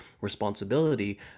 responsibility